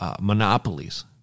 monopolies